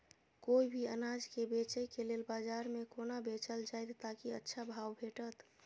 कोय भी अनाज के बेचै के लेल बाजार में कोना बेचल जाएत ताकि अच्छा भाव भेटत?